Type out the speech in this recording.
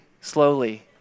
slowly